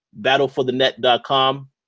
battleforthenet.com